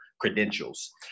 credentials